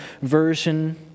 version